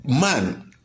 man